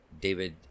David